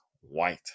white